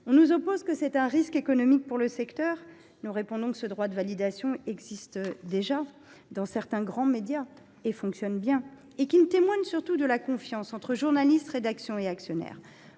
qui nous opposent que c’est un risque pour le secteur, nous répondons que ce droit de validation de la rédaction existe déjà dans certains grands médias et fonctionne bien, et qu’il témoigne surtout de la confiance entre journalistes, rédaction et actionnaires.